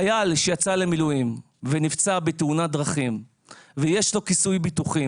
חייל שיצא למילואים ונפצע בתאונת דרכים ויש לו כיסוי ביטוחי,